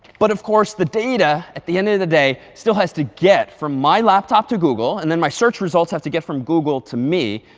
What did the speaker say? but of course, the data at the end of the day still has to get from my laptop to google. and then my search results have to get from google to me.